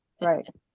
right